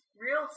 Real